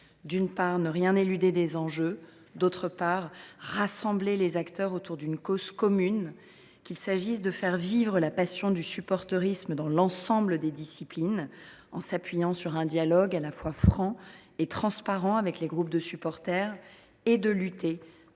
d’une part, ne rien éluder des enjeux ; d’autre part, rassembler les acteurs autour d’une cause commune, qu’il s’agisse de faire vivre la passion du supportérisme dans toutes les disciplines, en s’appuyant sur un dialogue franc et transparent avec les groupes de supporters, ou de lutter